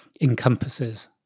encompasses